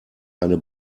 eine